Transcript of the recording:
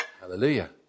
Hallelujah